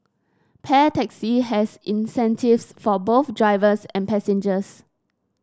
Pair Taxi has incentives for both drivers and passengers